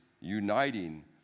uniting